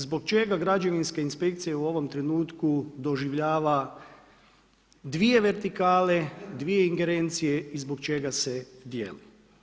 Zbog čega građevinska inspekcija u ovom trenutku doživljava dvije vertikale, dvije ingerencije i zbog čega se dijeli.